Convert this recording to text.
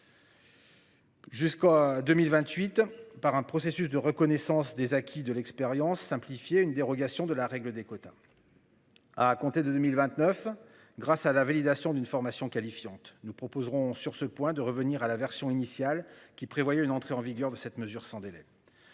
Jusqu'à 2028 par un processus de reconnaissance des acquis de l'expérience simplifiée une dérogation de la règle des quotas. À compter de 2029 grâce à la validation d'une formation qualifiante. Nous proposerons sur ce point de revenir à la version initiale qui prévoyait une entrée en vigueur de cette mesure sans délai.